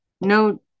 No